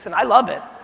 and i love it.